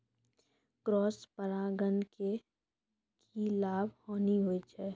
Cross परागण के की लाभ, हानि होय छै?